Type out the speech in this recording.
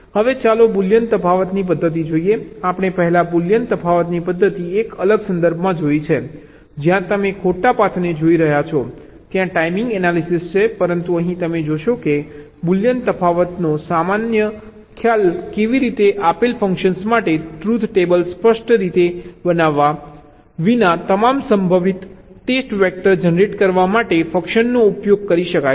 હવે ચાલો બુલિયન તફાવતની પદ્ધતિ જોઈએ આપણે પહેલા બુલિયન તફાવતની પદ્ધતિ એક અલગ સંદર્ભમાં જોઈ છે જ્યાં તમે ખોટા પાથને જોઈ રહ્યા છો ત્યાં ટાઇમિંગ એનાલિસીસ છે પરંતુ અહીં તમે જોશો કે બુલિયન તફાવતનો સમાન ખ્યાલ કેવી રીતે આપેલ ફંક્શન માટે ટ્રુથ ટેબલ સ્પષ્ટ રીતે બનાવ્યા વિના તમામ સંભવિત ટેસ્ટ વેક્ટર જનરેટ કરવા માટે ફંક્શનનો ઉપયોગ કરી શકાય છે